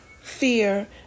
fear